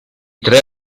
tre